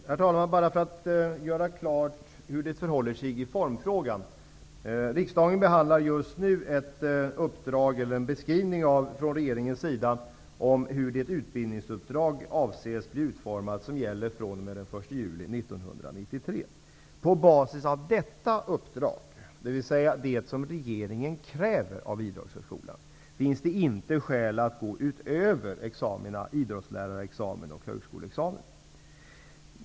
Herr talman! Jag vill först säga några ord för att bara göra klart hur det förhåller sig i formfrågan. Riksdagen behandlar just nu en beskrivning från regeringens sida om hur det utbildningsuppdrag avses bli utformat som skall gälla fr.o.m. den 1 juli 1993. På basis av detta uppdrag, dvs. det som regeringen kräver av Idrottshögskolan, finns det inte skäl att gå utöver idrottslärarexamen och högskoleexamen.